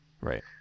right